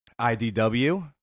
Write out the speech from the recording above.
IDW